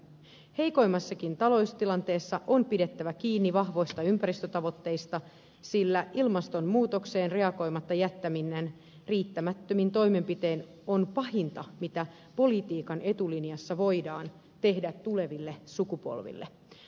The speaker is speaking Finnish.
heikoimmassakin taloustilanteessa on pidettävä kiinni vahvoista ympäristötavoitteista sillä ilmastonmuutokseen reagoimatta jättäminen riittämättömin toimenpitein on pahinta mitä politiikan etulinjassa voidaan tehdä tuleville sukupolville